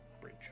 Bridge